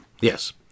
yes